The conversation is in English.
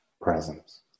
presence